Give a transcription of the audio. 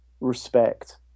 respect